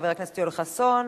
חבר הכנסת יואל חסון,